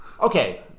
Okay